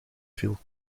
viel